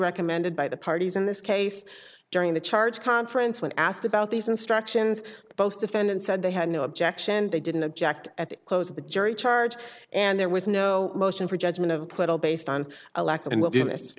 recommended by the parties in this case during the charge conference when asked about these instructions both defendant said they had no objection they didn't object at the close of the jury charge and there was no motion for judgment of acquittal based on a lack of and will be